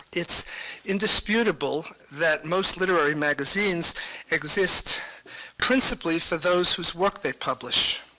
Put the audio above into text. it's indisputable that most literary magazines exist principally for those whose work they publish.